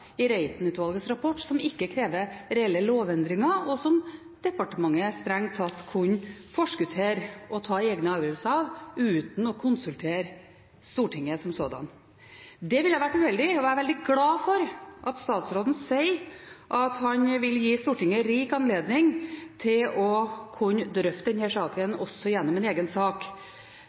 i Reiten-utvalgets rapport som ikke krever reelle lovendringer, og som departementet strengt tatt kunne forskottere og ta egne avgjørelser på uten å konsultere Stortinget som sådant. Det ville ha vært uheldig, og jeg er veldig glad for at statsråden sier at han vil gi Stortinget rik anledning til å drøfte